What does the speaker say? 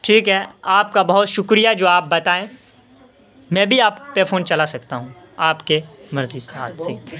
ٹھیک ہے آپ کا بہت شکریہ جو آپ بتائیں میں بھی اب پے فون چلا سکتا ہوں آپ کے مرضی سے آج سے